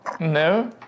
No